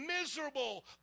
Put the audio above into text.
miserable